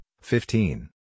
fifteen